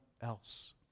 else